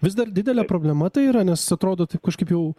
vis dar didelė problema tai yra nes atrodo taip kažkaip jau